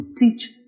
teach